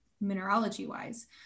mineralogy-wise